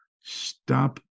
stop